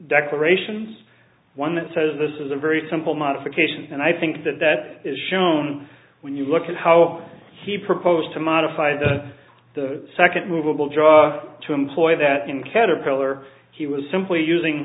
declarations one that says this is a very simple modification and i think that that is shown when you look at how he proposed to modify the second movable jaw to employ that in caterpillar he was simply using